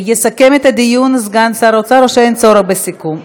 יסכם את הדיון סגן שר האוצר, או שאין צורך בסיכום?